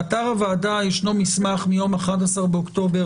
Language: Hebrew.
באתר הוועדה יש מסמך מיום 11 באוקטובר